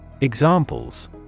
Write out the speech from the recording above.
Examples